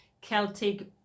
celtic